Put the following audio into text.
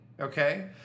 Okay